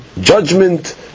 judgment